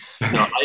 No